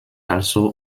also